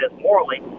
morally